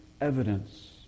evidence